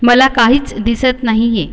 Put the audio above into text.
मला काहीच दिसत नाही आहे